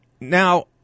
Now